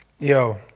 Yo